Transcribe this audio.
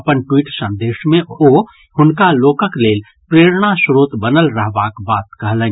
अपन ट्वीट संदेश मे ओ हुनका लोकक लेल प्रेरणा श्रोत बनल रहवाक बात कहलनि